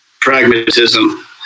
pragmatism